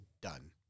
done